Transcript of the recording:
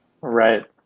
Right